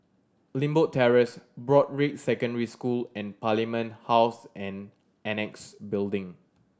Limbok Terrace Broadrick Secondary School and Parliament House and Annexe Building